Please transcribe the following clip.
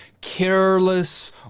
careless